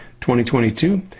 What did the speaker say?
2022